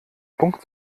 punkt